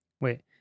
Wait